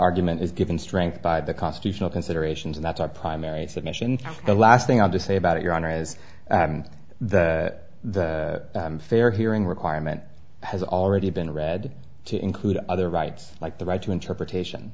argument is given strength by the constitutional considerations and that's our primary submission the last thing i'll just say about your honor is that the fair hearing requirement has already been read to include other rights like the right to interpretation